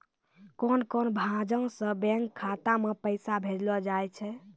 कोन कोन भांजो से बैंक खाता मे पैसा भेजलो जाय छै?